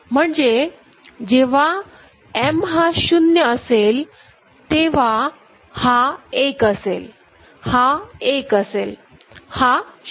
म्हणजे जेव्हा M हा 0 असेलतेव्हा हा एक असेल हा एक असेल हा 0 असेल